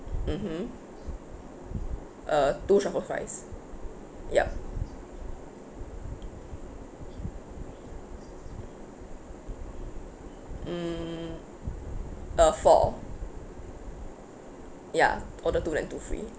mmhmm uh two truffle fries yup mm uh four ya order two like two free